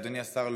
אדוני השר,